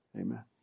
Amen